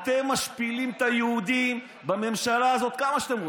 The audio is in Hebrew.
אתם משפילים את היהודים בממשלה הזאת כמה שאתם רוצים.